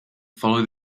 follow